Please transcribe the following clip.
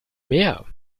mehr